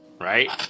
Right